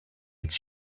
its